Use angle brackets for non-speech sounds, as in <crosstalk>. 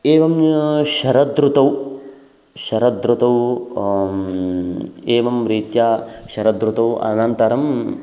एवं <unintelligible> शरदृतौ शरदृतौ एवं रीत्या शरदृतौ अनन्तरं